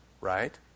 right